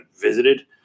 visited